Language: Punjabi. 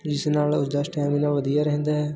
ਜਿਸ ਨਾਲ ਉਸਦਾ ਸਟੈਮੀਨਾ ਵਧੀਆ ਰਹਿੰਦਾ ਹੈ